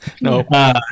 No